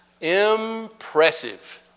Impressive